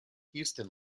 houston